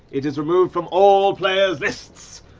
it is removed from all players' lists.